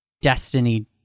Destiny